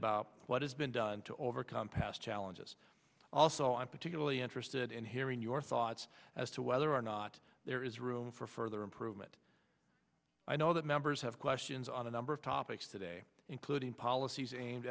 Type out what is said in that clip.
about what has been done to overcome past challenges also i'm particularly interested in hearing your thoughts as to whether or not there is room for further improvement i know that members have questions on a number of topics today including policies aimed